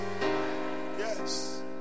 yes